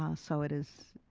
ah so it is,